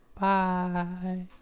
Bye